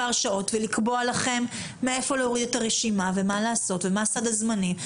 ולקבוע לכם מאיפה להוריד את הרשימה ומה לעשות ומה סד הזמנים.